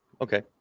okay